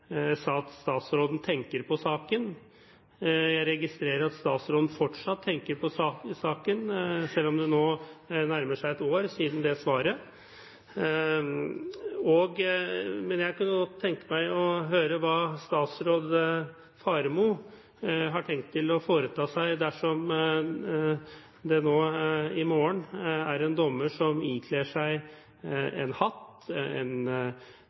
tenker på saken. Jeg registrerer at statsråden fortsatt tenker på saken, selv om det nå nærmer seg et år siden det svaret. Men jeg kunne godt tenke meg å høre hva statsråd Faremo har tenkt å foreta seg dersom det i morgen er en dommer som ikler seg en hatt, et stort kors, en